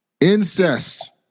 Incest